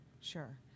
sure